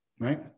right